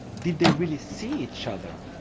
did they really see each other?